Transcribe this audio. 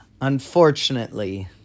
Unfortunately